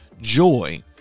joy